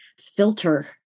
filter